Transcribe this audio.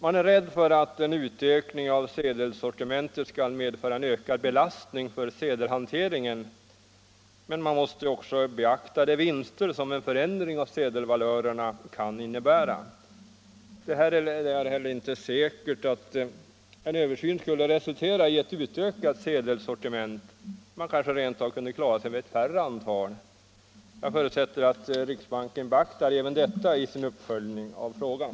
Man är rädd för att en utökning av sedelsortimentet skall medföra en ökad belastning för sedelhanteringen, men man måste också beakta de vinster som en förändring av sedelvalörerna kan innebära. Det är inte heller säkert att en översyn skulle resultera i ett ökat sedelsortiment — man kanske rent av skulle kunna klara sig med ett mindre sortiment. Jag förutsätter att riksbanken beaktar även detta i sin uppföljning av frågan.